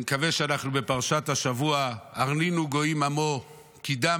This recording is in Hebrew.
אנחנו בפרשת השבוע: "הרנינו גויִם עמו כי דם